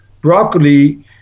Broccoli